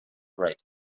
right